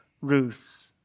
Ruth